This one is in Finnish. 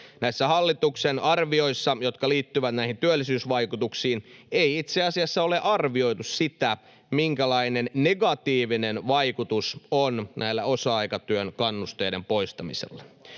ymmärtää. Hallituksen arvioissa, jotka liittyvät näihin työllisyysvaikutuksiin, ei itse asiassa ole arvioitu, minkälainen negatiivinen vaikutus on näiden osa-aikatyön kannusteiden poistamisella.